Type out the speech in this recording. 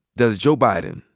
does joe biden,